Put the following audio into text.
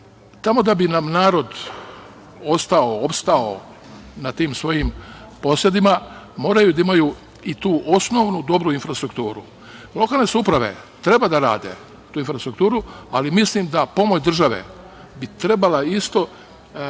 Tamo da bi nam narod ostao, opstao na tim svojim posedima moraju da imaju i tu osnovnu dobru infrastrukturu. Lokalne samouprave treba da rade tu infrastrukturu, ali mislim da pomoć države bi trebala isto